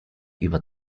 über